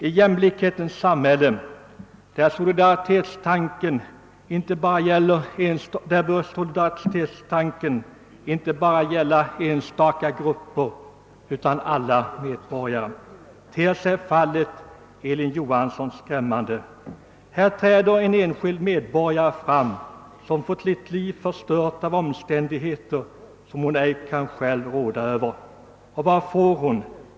I jämlikhetens samhälle, där solidaritetstanken inte bör gälla bara enstaka grupper utan alla medborgare, ter sig fallet Elin Johansson skrämmande. Här träder en enskild medborgare fram, som fått sitt liv förstört av omständigheter som hon ej kan råda över. Och vad får hon?